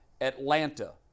Atlanta